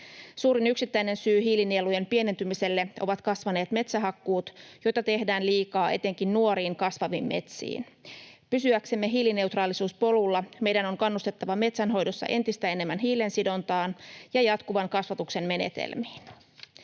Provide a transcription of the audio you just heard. Suurin yksittäinen syy hiilinielujen pienentymiselle ovat kasvaneet metsähakkuut, joita tehdään liikaa etenkin nuoriin kasvaviin metsiin. Pysyäksemme hiilineutraalisuuspolulla meidän on kannustettava metsänhoidossa entistä enemmän hiilensidontaan ja jatkuvan kasvatuksen menetelmiin.